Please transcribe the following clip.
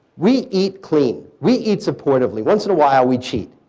we eat clean. we eat supportively. once in a while we cheat,